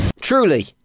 Truly